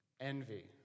Envy